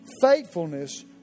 Faithfulness